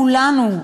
כולנו,